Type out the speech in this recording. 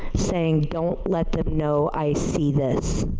saying don't let them know i see this.